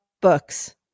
books